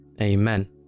Amen